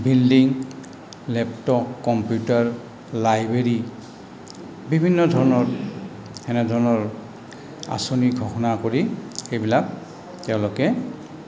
building laptop computer library বিভিন্ন ধৰণৰ এনেধৰণৰ আঁচনি ঘোষণা কৰি এইবিলাক তেওঁলোকে